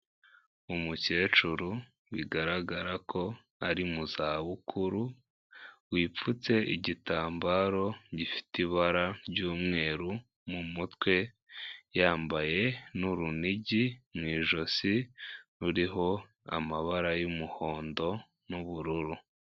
Umukecuru bigaragara ko ari mu za bukuru wipfutse igitambaro gifite ibara ry'umweru mu mutwe, yambaye n'urunigi mu ijosi ruriho amabara y'umuhondo n'ubururu.